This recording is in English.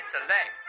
Select